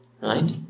Right